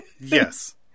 Yes